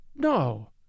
No